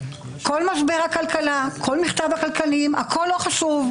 כל משבר הכלכלה, כל מכתב הכלכלנים, הכול לא חשוב.